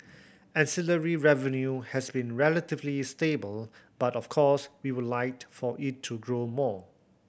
ancillary revenue has been relatively stable but of course we would like for it to grow more